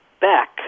back